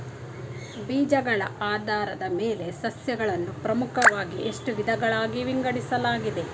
ಬೀಜಗಳ ಆಧಾರದ ಮೇಲೆ ಸಸ್ಯಗಳನ್ನು ಪ್ರಮುಖವಾಗಿ ಎಷ್ಟು ವಿಧಗಳಾಗಿ ವಿಂಗಡಿಸಲಾಗಿದೆ?